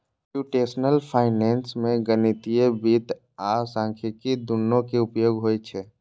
computational finance मे गणितीय वित्त आ सांख्यिकी, दुनू के उपयोग होइ छै